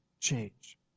change